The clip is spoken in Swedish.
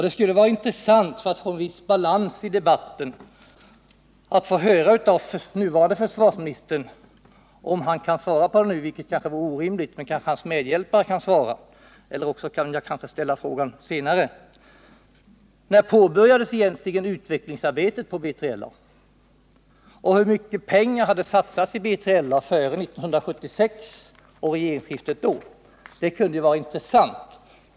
Det skulle vara intressant och det skulle skapa en viss balans i debatten, om den nuvarande försvarsministern kunde svara på frågan: När påbörjades egentligen utvecklingsarbetet på BILA och hur mycket har satsats på BILA före regeringsskiftet 1976? Det kanske är orimligt att begära att försvarsministern nu skall kunna svara på det, men hans medhjälpare kanske kan ge svaret. Jag kan ju också ställa frågan senare.